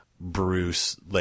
Bruce